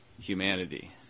humanity